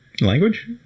language